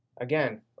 again